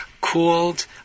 called